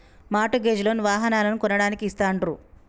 mart gauge loan లు వాహనాలను కొనడానికి ఇస్తాండ్రు